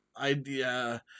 idea